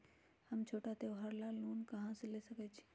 हम छोटा त्योहार ला लोन कहां से ले सकई छी?